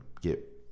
get